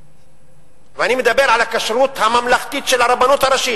אני מדבר על הכשרות הממלכתית של הרבנות הראשית,